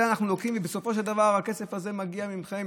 בסופו של דבר הכסף הזה מגיע מכם,